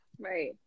right